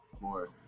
more